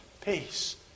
Peace